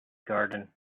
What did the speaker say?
garden